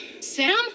Sam